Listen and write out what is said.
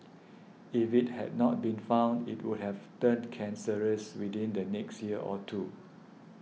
if it had not been found it would have turned cancerous within the next year or two